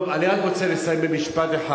טוב, אני רק רוצה לסיים במשפט אחד.